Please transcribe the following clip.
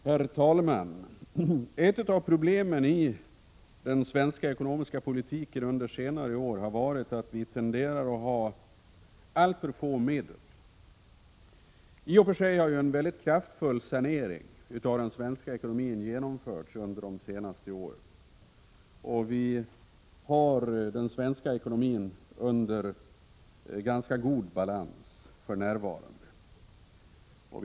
Herr talman! Ett av problemen i den svenska ekonomiska politiken under senare år har varit att vi tenderar att ha alltför få medel. I och för sig har ju en mycket kraftfull sanering av den svenska ekonomin genomförts under de senaste åren, och vi har den svenska ekonomin i ganska god balans för närvarande.